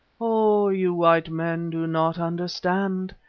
oh! you white men do not understand,